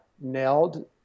nailed